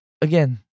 again